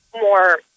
more